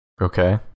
Okay